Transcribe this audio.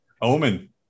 Omen